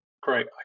great